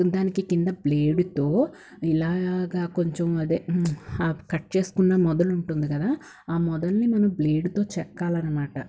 దానికి కింద బ్లేడుతో ఇలాగా కొంచెం అదే కట్ చేసుకున్న మొదలు ఉంటుంది కదా ఆ మొదలుని మనం బ్లేడుతో చెక్కాలనమాట